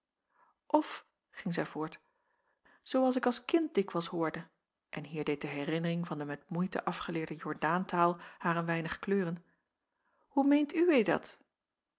of ging zij voort zoo als ik als kind dikwijls hoorde en hier deed de herinnering van de met moeite afgeleerde jordaantaal haar een weinig kleuren hoe meent uwee dat